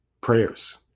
Prayers